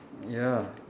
ya